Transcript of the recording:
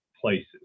places